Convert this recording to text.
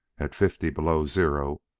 at fifty below zero,